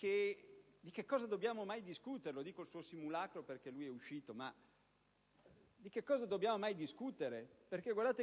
di che cosa dobbiamo mai discutere?